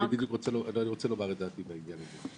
אני בדיוק רוצה לומר את דעתי בעניין הזה.